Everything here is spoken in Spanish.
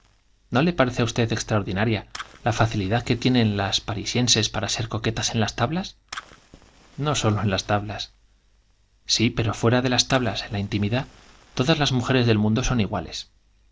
no le extraordinaria la facilidad que tienen parece á usted en las tablas las para ser coquetas parisienses no sólo en las tablas sí pero fuera de las tablas en la intimidad todas las mujeres del mundo son iguales